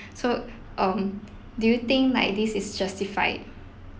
so um do you think like this is justified